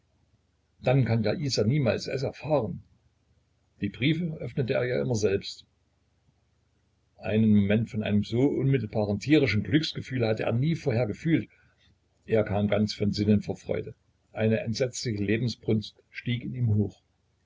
dann kann ja isa niemals es erfahren die briefe öffnete er ja immer selbst einen moment von einem so unmittelbaren tierischen glücksgefühl hatte er nie vorher gefühlt er kam ganz von sinnen vor freude eine entsetzliche lebensbrunst stieg in ihm hoch